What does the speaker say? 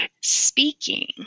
speaking